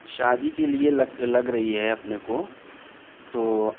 شادی کے لئے لگ لگ رہی ہے اپنے کو تو